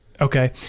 Okay